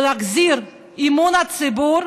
ולהחזיר את אמון הציבור,